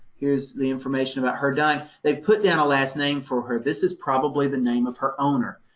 here's the information about her dying. they put down a last name for her. this is probably the name of her owner.